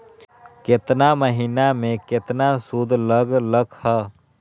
केतना महीना में कितना शुध लग लक ह?